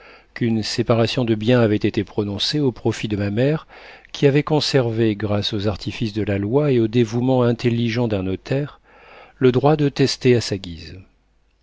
qu'une séparation de biens avait été prononcée au profit de ma mère qui avait conservé grâce aux artifices de la loi et au dévouement intelligent d'un notaire le droit de tester à sa guise